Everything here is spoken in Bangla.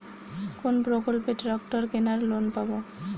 কোন প্রকল্পে ট্রাকটার কেনার লোন পাব?